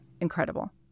incredible